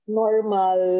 normal